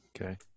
Okay